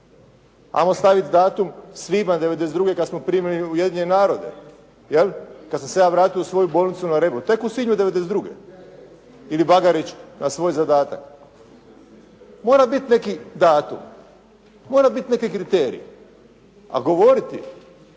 onda staviti datum svibanj '92. kada smo primljeni u Ujedinjene narode, 'jel, kada sam se ja vratio u svoju bolnicu na "Rebro", tek u svibnju '92. ili Bagarić na svoj zadatak. Mora biti neki datum, mora biti neki kriterij, a govoriti